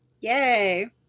Yay